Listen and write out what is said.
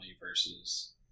versus